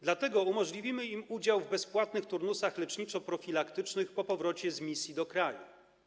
Dlatego umożliwimy im udział w bezpłatnych turnusach leczniczo-profilaktycznych po powrocie z misji do kraju.